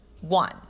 One